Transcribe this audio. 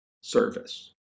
service